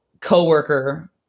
coworker